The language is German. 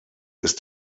ist